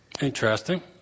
Interesting